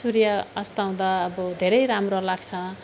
सुर्य अस्ताउँदा अब धेरै राम्रो लाग्छ